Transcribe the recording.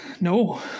No